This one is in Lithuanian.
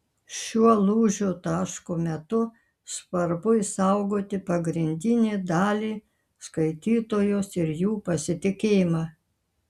šiuo lūžio taško metu svarbu išsaugoti pagrindinį dalį skaitytojus ir jų pasitikėjimą